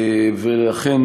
ואכן,